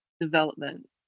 development